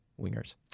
wingers